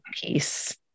peace